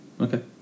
Okay